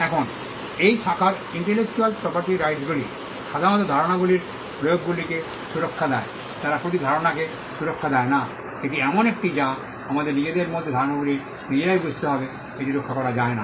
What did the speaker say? এখন এই শাখার ইন্টেলেকচুয়াল প্রপার্টির রাইটসগুলি সাধারণত ধারণাগুলির প্রয়োগগুলিকে সুরক্ষা দেয় তারা প্রতি ধারণা ধারণাকে সুরক্ষা দেয় না যে এটি এমন একটি যা আমাদের নিজেদের মধ্যে ধারণাগুলি নিজেরাই বুঝতে হবে এটি রক্ষা করা যায় না